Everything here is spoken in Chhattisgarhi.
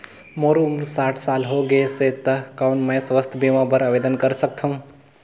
मोर उम्र साठ साल हो गे से त कौन मैं स्वास्थ बीमा बर आवेदन कर सकथव?